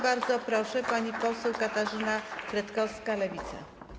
Bardzo proszę, pani poseł Katarzyna Kretkowska, Lewica.